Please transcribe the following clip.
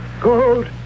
Gold